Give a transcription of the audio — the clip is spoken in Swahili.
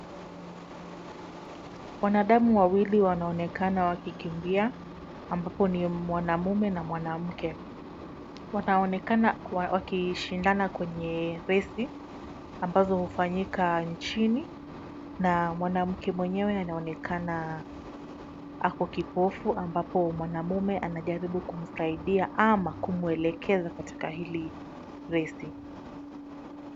Wanadamu wawili wanaonekana wakikimbia, ambapo ni mwanamume na mwanamke. Wanaonekana wakishindana kwenye resi ambazo hufanyika nchini na mwanamke mwenyewe anaonekana ako kipofu, ambapo mwanamume anajaribu kumsaidia ama kumwelekeza katika hili resi .